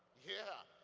yeah.